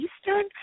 Eastern